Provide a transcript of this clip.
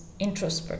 introspect